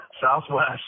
southwest